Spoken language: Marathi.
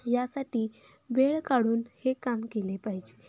यासाठी वेळ काढून हे काम केले पाहिजे